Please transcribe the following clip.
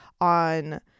on